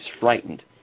frightened